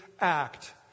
act